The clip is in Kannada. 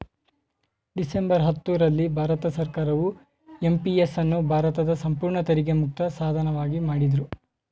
ಡಿಸೆಂಬರ್ ಹತ್ತು ರಲ್ಲಿ ಭಾರತ ಸರ್ಕಾರವು ಎಂ.ಪಿ.ಎಸ್ ಅನ್ನು ಭಾರತದ ಸಂಪೂರ್ಣ ತೆರಿಗೆ ಮುಕ್ತ ಸಾಧನವಾಗಿ ಮಾಡಿದ್ರು